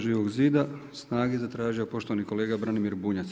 Živog zida, SNAGA-e zatražio poštovani kolega Branimir Bunjac.